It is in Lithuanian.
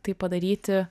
tai padaryti